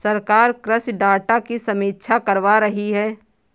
सरकार कृषि डाटा की समीक्षा करवा रही है